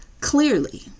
clearly